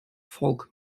folk